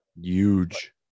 Huge